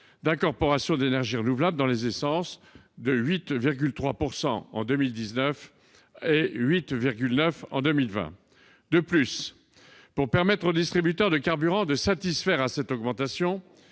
d'incorporation d'énergie renouvelable dans les essences à 8,3 % en 2019 et à 8,9 % en 2020. De plus, pour permettre aux distributeurs de carburants de procéder à cette augmentation,